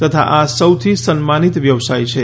તથા આ સૌથી સન્માનિત વ્યવસાય છે